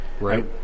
Right